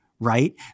right